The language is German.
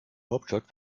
hauptstadt